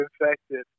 infected